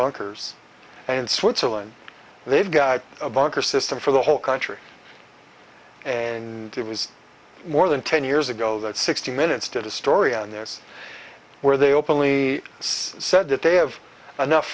bunkers and in switzerland they've got a bunker system for the whole country and it was more than ten years ago that sixty minutes did a story on theirs where they openly said that they have enough